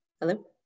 Hello